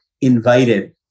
invited